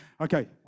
Okay